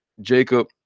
Jacob